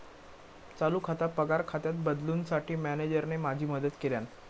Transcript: चालू खाता पगार खात्यात बदलूंसाठी मॅनेजरने माझी मदत केल्यानं